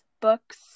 books